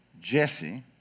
Jesse